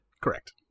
Correct